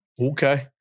Okay